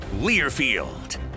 Learfield